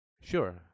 Sure